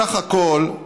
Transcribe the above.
בסך הכול,